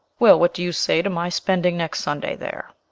well, what do you say to my spending next sunday there?